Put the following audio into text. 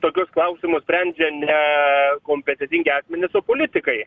tokius klausimus sprendžia ne kompetentingi asmenys o politikai